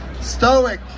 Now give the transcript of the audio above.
stoic